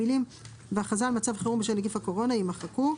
המילים "והכרזה על מצב חירום פרק ג'בשל נגיף הקורונה" יימחקו.